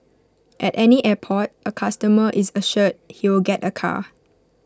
at any airport A customer is assured he will get A car